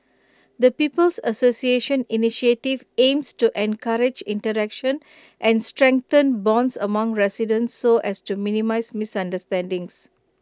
the people's association initiative aims to encourage interaction and strengthen bonds among residents so as to minimise misunderstandings